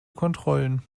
kontrollen